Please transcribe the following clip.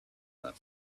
that